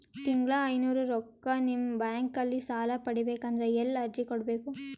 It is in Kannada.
ತಿಂಗಳ ಐನೂರು ರೊಕ್ಕ ನಿಮ್ಮ ಬ್ಯಾಂಕ್ ಅಲ್ಲಿ ಸಾಲ ಪಡಿಬೇಕಂದರ ಎಲ್ಲ ಅರ್ಜಿ ಕೊಡಬೇಕು?